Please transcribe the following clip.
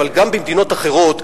אבל גם במדינות אחרות,